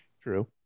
True